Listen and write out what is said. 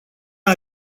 mai